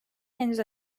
henüz